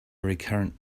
recurrent